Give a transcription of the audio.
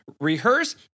rehearse